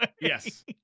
Yes